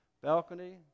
balcony